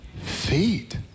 feet